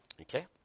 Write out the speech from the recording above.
Okay